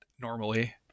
normally